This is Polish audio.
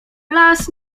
las